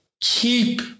keep